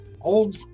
old